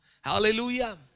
Hallelujah